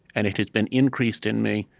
and it has been increased in me,